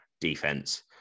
defense